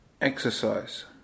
exercise